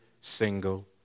single